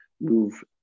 move